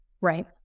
Right